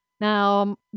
Now